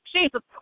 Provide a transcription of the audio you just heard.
Jesus